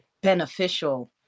beneficial